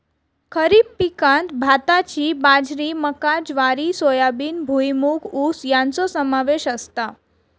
खरीप पिकांत भाताची बाजरी मका ज्वारी सोयाबीन भुईमूग ऊस याचो समावेश असता